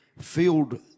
filled